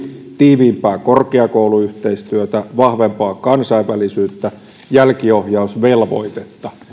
tiiviimpää korkeakouluyhteistyötä vahvempaa kansainvälisyyttä jälkiohjausvelvoitetta